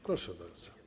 Proszę bardzo.